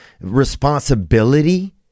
responsibility